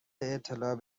اطلاع